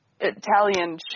Italian